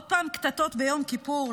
עוד פעם קטטות ביום כיפור?